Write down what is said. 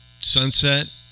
sunset